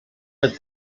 but